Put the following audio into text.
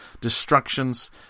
destructions